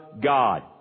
God